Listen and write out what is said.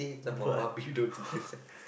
some barbie doll sticker set